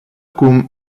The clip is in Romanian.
cum